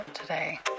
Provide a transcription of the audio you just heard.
today